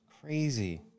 Crazy